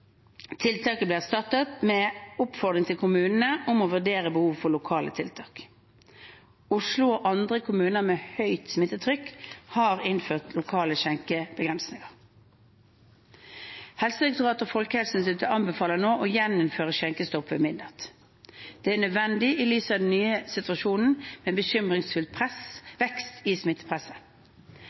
Tiltaket ble erstattet med en oppfordring til kommunene om å vurdere behovet for lokale tiltak. Oslo og andre kommuner med høyt smittetrykk har innført lokale skjenkebegrensninger. Helsedirektoratet og Folkehelseinstituttet anbefaler nå å gjeninnføre nasjonal skjenkestopp ved midnatt. Det er nødvendig i lys av den nye situasjonen med en bekymringsfull vekst i